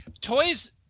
Toys